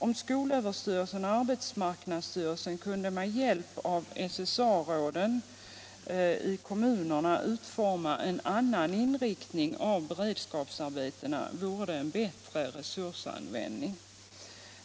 Om skolöverstyrelsen och arbetsmarknadsstyrelsen kunde med hjälp av SSA-råden i kommunerna åstadkomma en annan inriktning av beredskapsarbetena, vore det en bättre resursanvändning.